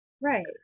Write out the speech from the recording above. Right